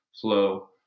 flow